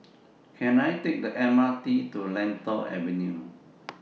Can I Take The M R T to Lentor Avenue